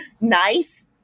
nice